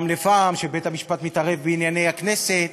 לפעם שבית-המשפט מתערב בענייני הכנסת,